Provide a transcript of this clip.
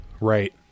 right